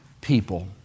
people